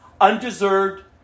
undeserved